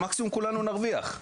מקסימום כולנו נרוויח.